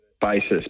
basis